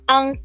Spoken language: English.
Ang